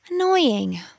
Annoying